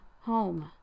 home